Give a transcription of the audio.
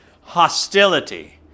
Hostility